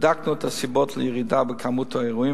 בדקנו את הסיבות לירידה במספר האירועים